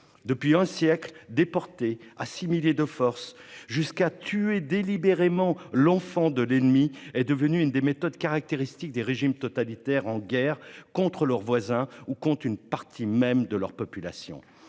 Depuis un siècle, déporter, assimiler de force, jusqu'à tuer délibérément l'enfant de l'ennemi, est devenu l'une des méthodes caractéristiques des régimes totalitaires en guerre contre leurs voisins ou contre une partie même de leur population.